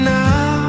now